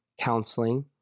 counseling